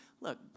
look